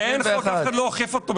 אף אחד לא אוכף אותו.